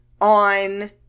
on